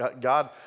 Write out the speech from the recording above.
God